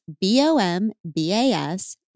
B-O-M-B-A-S